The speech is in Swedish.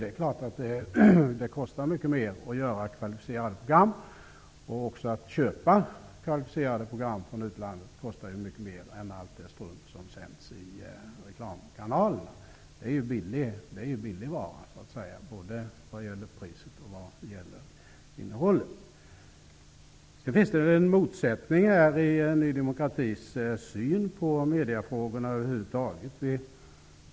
Det är klart att det kostar mycket mer att göra kvalificerade program, och att köpa kvalificerade program från utlandet kostar ju mycket mer än allt det strunt som sänds i reklamkanalerna. Det är ju så att säga billig vara -- både vad gäller priset och vad gäller innehållet. Det finns en motsättning i Ny demokratis syn på mediefrågorna över huvud taget.